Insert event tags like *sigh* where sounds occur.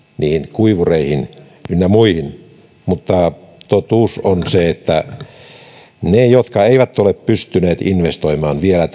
kuivureihin ynnä muihin mutta totuus on se että ne jotka eivät ole pystyneet investoimaan vielä *unintelligible*